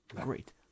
Great